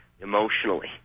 emotionally